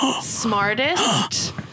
smartest